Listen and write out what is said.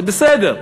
זה בסדר,